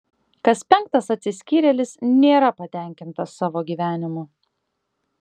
kas penktas atsiskyrėlis nėra patenkintas savo gyvenimu